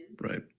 Right